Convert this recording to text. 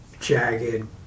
jagged